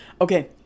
Okay